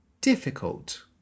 difficult